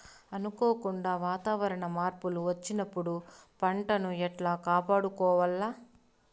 అనుకోకుండా వాతావరణ మార్పులు వచ్చినప్పుడు పంటను ఎట్లా కాపాడుకోవాల్ల?